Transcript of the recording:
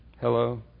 Hello